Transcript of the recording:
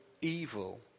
evil